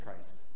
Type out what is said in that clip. Christ